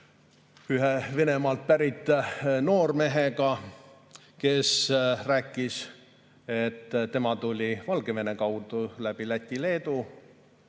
ühe Venemaalt pärit noormehega, kes rääkis, et tema tuli Valgevene kaudu läbi Läti ja Leedu